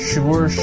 Sure